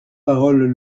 paroles